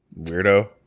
weirdo